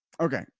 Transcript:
Okay